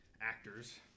actors